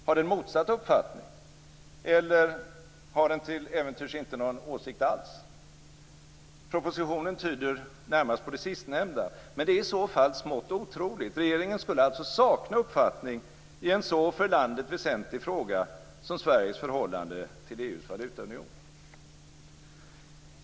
Har den motsatt uppfattning, eller har den till äventyrs inte någon åsikt alls? Propositionen tyder närmast på det sistnämnda. Men det är i så fall smått otroligt. Regeringen skulle alltså sakna uppfattning i en så för landet väsentlig fråga som Sveriges förhållande till EU:s valutaunion.